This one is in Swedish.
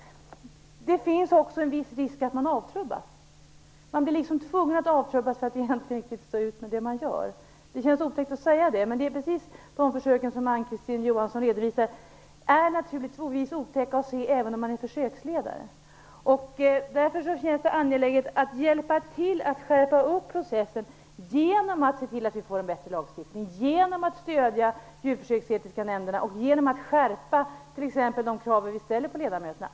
Det finns också en viss risk för att de avtrubbas. De blir liksom tvungna att avtrubbas för att stå ut med vad de gör. Det känns otäckt att säga det, men precis de djurförsök som Ann-Kristine Johansson redovisade är naturligtvis otäcka att se även för en försöksledare. Därför känns det angeläget att hjälpa till att skärpa upp processen genom att se till att vi får en bättre lagstiftning, genom att stödja de djurförsöksetiska nämnderna och genom att skärpa de krav vi ställer på ledamöterna.